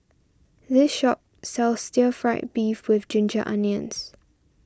this shop sells Stir Fried Beef with Ginger Onions